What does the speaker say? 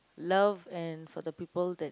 love and for the people that